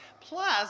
Plus